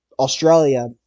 Australia